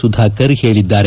ಸುಧಾಕರ್ ಹೇಳಿದ್ದಾರೆ